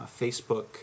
Facebook